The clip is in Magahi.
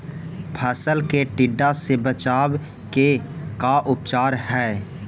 फ़सल के टिड्डा से बचाव के का उपचार है?